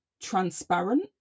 transparent